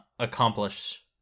accomplish